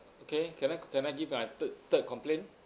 okay can I can I give my third third complaint